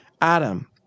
Adam